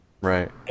Right